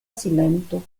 silento